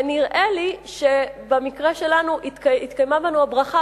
ונראה לי שבמקרה שלנו התקיימה בנו הברכה,